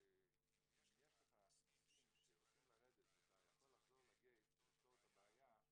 אם יש לך נוסעים שרוצים לרדת ואתה יכול לחזור לגייט ולפתור את הבעיה,